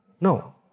No